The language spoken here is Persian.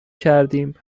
کردیم